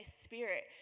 spirit